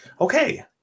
Okay